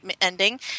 ending